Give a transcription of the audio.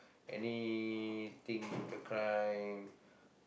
anything with the crime